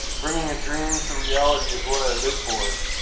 bringing a dream to reality is what i live for.